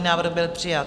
Návrh byl přijat.